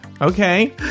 Okay